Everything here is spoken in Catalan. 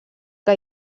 que